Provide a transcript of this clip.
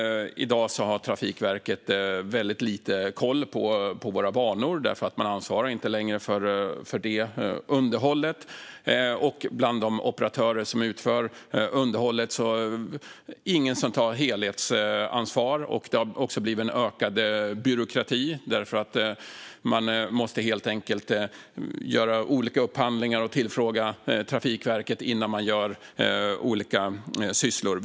I dag har Trafikverket väldigt lite koll på banorna, eftersom man inte längre ansvarar för underhållet. Bland de operatörer som utför underhållet finns det ingen som tar ett helhetsansvar. Även byråkratin har ökat, eftersom man hela tiden måste göra upphandlingar och tillfråga Trafikverket innan man gör olika saker.